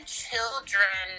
children